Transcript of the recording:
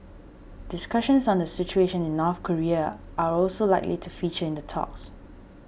discussions on the situation in North Korea are also likely to feature in the talks